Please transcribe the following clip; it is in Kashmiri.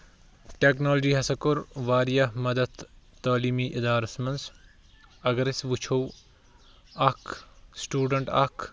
ٹیٚکنالوجی ہسا کوٚر واریاہ مدد تعالیٖمی اِدارَس منٛز اَگر أسۍ وُچھو اکھ سِٹوٗڈنٹ اکھ